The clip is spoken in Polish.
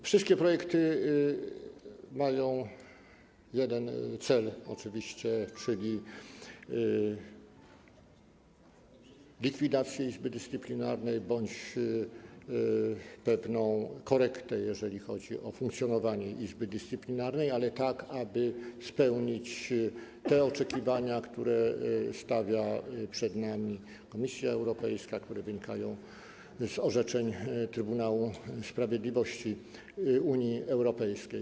Wszystkie projekty mają jeden cel, czyli likwidację Izby Dyscyplinarnej bądź pewną korektę, jeżeli chodzi o funkcjonowanie Izby Dyscyplinarnej, ale taką, aby spełnić oczekiwania, które stawia przed nami Komisja Europejska, a które wynikają z orzeczeń Trybunału Sprawiedliwości Unii Europejskiej.